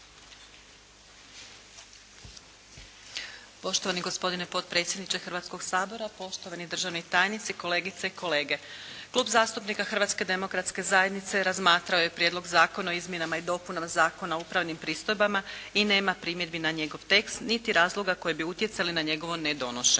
Poštovani gospodine potpredsjedniče Hrvatskoga sabora, poštovani državni tajnici, kolegice i kolege. Klub zastupnika Hrvatske demokratske zajednice razmatrao je Prijedlog zakona o izmjenama i dopunama Zakona o upravnim pristojbama i nema primjedbi na njegov tekst niti razloga koji bi utjecali na njegovo ne donošenje.